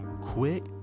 quick